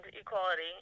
equality